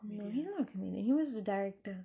no he's not a comedian he was a director